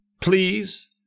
please